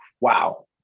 wow